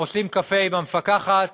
עושים קפה עם המפקחת,